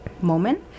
moment